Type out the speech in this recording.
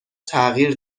تغییر